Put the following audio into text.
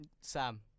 Sam